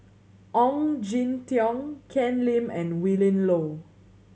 Ong Jin Teong Ken Lim and Willin Low